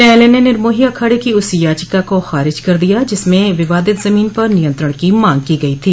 न्यायालय ने निर्मोही अखाड़े की उस याचिका को खारिज कर दिया जिसमें विवादित जमीन पर नियंत्रण की मांग की गई थी